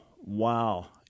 wow